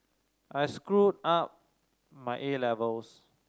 I screwed up my A levels